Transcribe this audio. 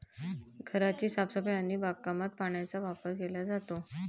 घराची साफसफाई आणि बागकामात पाण्याचा वापर केला जातो